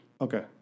Okay